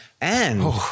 and-